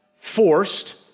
forced